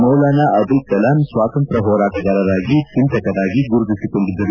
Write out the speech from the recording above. ಮೌಲಾನ ಆಬುಲ್ ಕಲಾಂ ಸ್ವತಂತ್ರ ಹೋರಾಟಗಾರರಾಗಿ ಚಿಂತಕರಾಗಿ ಗುರುತಿಸಿಕೊಂಡಿದ್ದರು